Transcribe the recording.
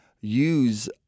use